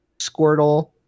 Squirtle